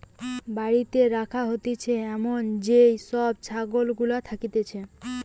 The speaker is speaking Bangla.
বাড়িতে রাখা হতিছে এমন যেই সব ছাগল গুলা থাকতিছে